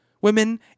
women